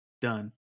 done